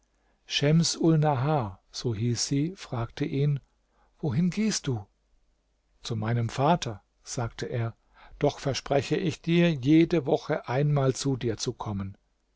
sie fragte ihn wohin gehst du zu meinem vater sagte er doch verspreche ich dir jede woche einmal zu dir zu kommen